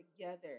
together